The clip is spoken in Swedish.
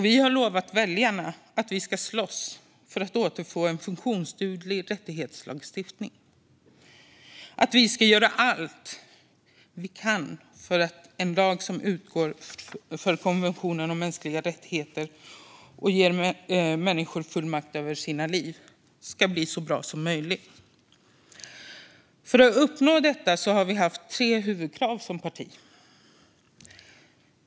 Vi har lovat väljarna att vi ska slåss för att återfå en funktionsduglig rättighetslagstiftning och göra allt vi kan för att en lag som utgår från konventionen om mänskliga rättigheter och ger människor full makt över sina liv ska bli så bra som möjligt. För att uppnå detta har vi haft tre huvudkrav som parti.